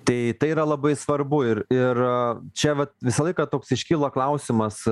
tai tai yra labai svarbu ir ir čia vat visą laiką toks iškilo klausimas